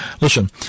listen